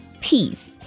peace